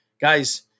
Guys